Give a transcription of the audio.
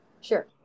Sure